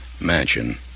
Mansion